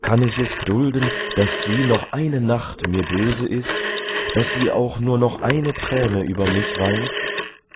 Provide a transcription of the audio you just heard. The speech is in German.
kann ich es dulden daß sie noch eine nacht mir böse ist daß sie auch nur noch eine träne über mich weint